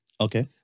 Okay